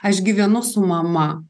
aš gyvenu su mama